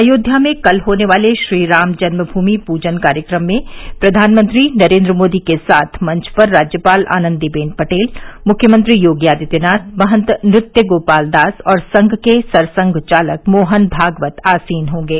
अयोध्या में कल होने वाले श्रीराम जन्मभूमि प्रजन कार्यक्रम में प्रधानमंत्री नरेन्द्र मोदी के साथ मंच पर राज्यपाल आनंदीबेन पटेल मुख्यमंत्री योगी आदित्यनाथ महंत नृत्यगोपाल दास और संघ के सरसंघ चालक मोहन भागवत आसीन होंगे